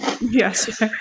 Yes